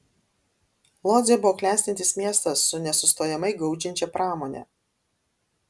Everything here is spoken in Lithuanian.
lodzė buvo klestintis miestas su nesustojamai gaudžiančia pramone